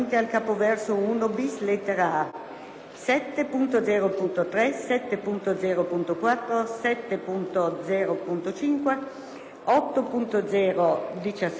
7.0.3, 7.0.4, 8.0.5, 8.0.17, 2.0.200,